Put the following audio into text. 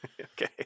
Okay